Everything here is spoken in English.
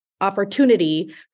opportunity